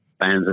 fans